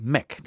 Mac